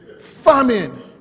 Famine